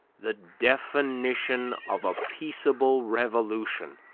the definition of a peaceable revolution,